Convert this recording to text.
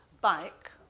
bike